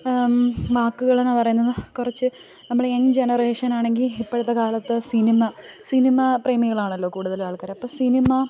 വാക്കുകളെന്ന് പറയുന്നത് കുറച്ച് നമ്മള് യങ്ങ് ജനറേഷനാണെങ്കില് ഇപ്പോഴത്തെ കാലത്ത് സിനിമ സിനിമാ പ്രേമികളാണല്ലോ കൂടുതലാള്ക്കാര് അപ്പോള് സിനിമ